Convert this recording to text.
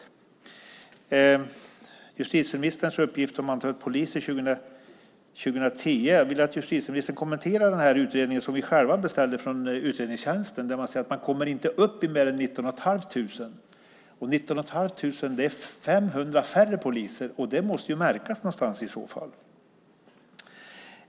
När det gäller justitieministerns uppgift om antalet poliser 2010 vill jag att hon kommenterar den utredning som vi själva beställde från utredningstjänsten. Där sägs att man inte kommer upp i fler än 19 500. Det är 500 färre poliser, och det måste i så fall märkas någonstans.